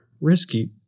Risky